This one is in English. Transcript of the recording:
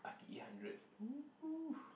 eight hundred woohoo